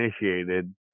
initiated